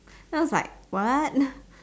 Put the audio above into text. then I was like what